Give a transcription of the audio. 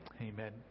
Amen